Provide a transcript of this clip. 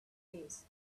days